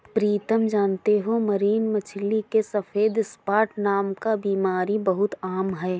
प्रीतम जानते हो मरीन मछली में सफेद स्पॉट नामक बीमारी बहुत आम है